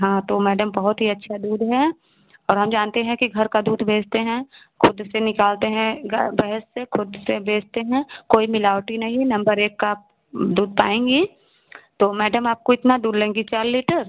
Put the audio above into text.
हाँ तो मैडम बहुत ही अच्छा दूध है और हम जानते हैं कि घर का दूध बेचते हैं ख़ुद से निकालते हैं गाय भैंस से ख़ुद से बेचते हैं कोई मिलावटी नही है नम्बर एक का आप दूध पाएंगी तो मैडम आपको इतना दूध लेंगी चार लीटर